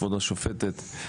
כבוד השופטת,